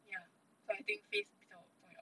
ya so I think face 比较重要